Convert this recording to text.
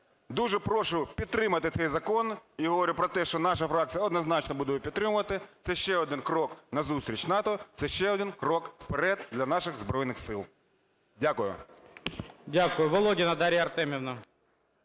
Дуже прошу підтримати цей закон. І я говорю про те, що наша фракція однозначно буде його підтримувати. Це ще один крок назустріч НАТО, це ще один крок вперед для наших Збройних Сил. Дякую. ГОЛОВУЮЧИЙ. Дякую. Володіна Дар'я Артемівна.